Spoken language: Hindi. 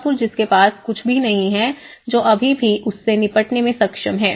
सिंगापुर जिसके पास कुछ भी नहीं है जो अभी भी उससे निपटने में सक्षम है